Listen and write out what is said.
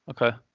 Okay